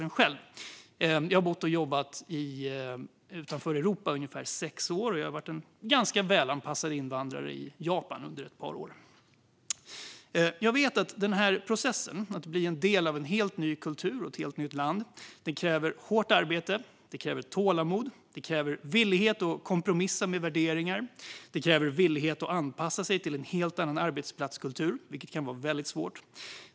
Jag har i ungefär sex år bott och jobbat utanför Europa, och jag var under ett par år en ganska välanpassad invandrare i Japan. Jag vet att denna process - att bli en del av en helt ny kultur och ett helt nytt land - kräver hårt arbete, tålamod, villighet att kompromissa med värderingar och villighet att anpassa sig till en helt annan arbetsplatskultur, vilket kan vara väldigt svårt.